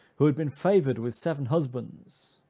who had been favored with seven husbands,